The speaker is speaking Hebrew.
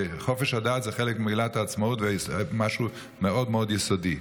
חופש הדת זה חלק ממגילת העצמאות ומשהו מאוד מאוד יסודי.